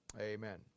Amen